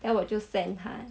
then 我就 send 她